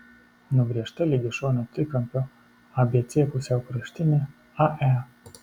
nubrėžta lygiašonio trikampio abc pusiaukraštinė ae